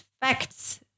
facts